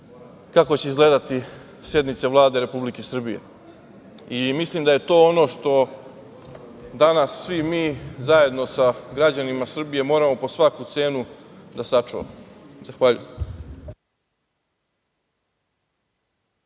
kako će izgledati sednice Vlade Republike Srbije. Mislim da je to ono što danas svi mi zajedno sa građanima Srbije moramo po svaku cenu da sačuvamo. Zahvaljujem.